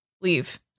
leave